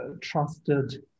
trusted